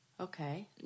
okay